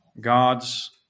God's